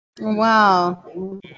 Wow